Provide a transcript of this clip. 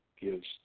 gives